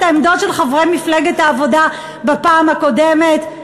העמדות של חברי מפלגת העבודה בפעם הקודמת.